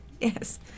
Yes